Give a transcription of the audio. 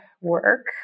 work